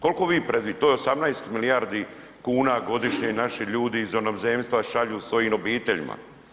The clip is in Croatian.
Koliko vi .../nerazumljivo/... to je 18 milijardi kuna godišnje, naši ljudi iz inozemstva šalju svojim obiteljima.